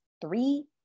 three